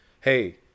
hey